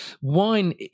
wine